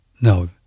No